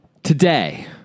Today